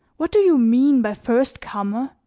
what do you mean by first comer?